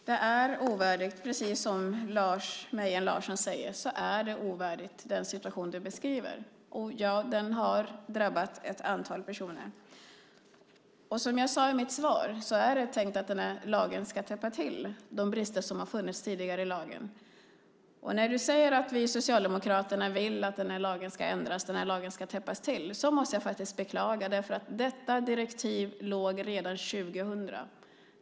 Fru talman! Den situation som Lars Mejern Larsson beskriver är ovärdig, och ett antal personer har drabbats. Som jag sade i mitt första inlägg är det tänkt att den nya lagen ska täppa till de brister som tidigare funnits i lagen. När du, Lars Mejern Larsson, säger att ni socialdemokrater vill att lagen ska ändras, att denna lucka ska täppas till, måste jag beklaga det faktum att detta direktiv fanns redan 2000.